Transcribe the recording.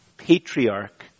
patriarch